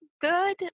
good